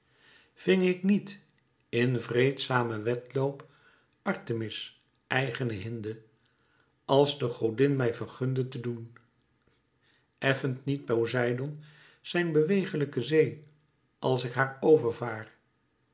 ving ik niet in vreedzamen wedloop artemis eigene hinde als de godin mij vergunde te doen effent niet poseidoon zijn bewegelijke zee als ik haar over